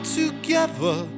together